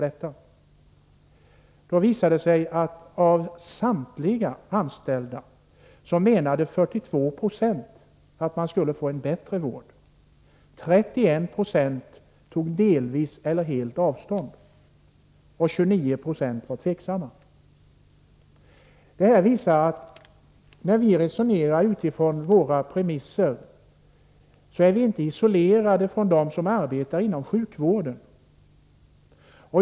Det visade sig att av samtliga anställda menade 42 20 att man skulle få en bättre vård. 31 96 tog delvis eller helt avstånd. 29 96 var tveksamma. Det här visar att när vi resonerar utifrån våra premisser är vi inte isolerade från dem som arbetar inom sjukvården.